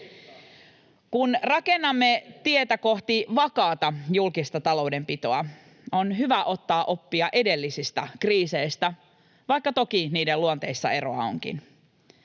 Kun rakennamme tietä kohti vakaata julkista taloudenpitoa, on hyvä ottaa oppia edellisistä kriiseistä, vaikka toki niiden luonteissa eroa onkin.